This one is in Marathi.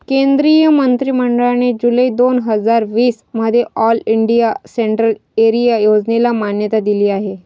केंद्रीय मंत्रि मंडळाने जुलै दोन हजार वीस मध्ये ऑल इंडिया सेंट्रल एरिया योजनेला मान्यता दिली आहे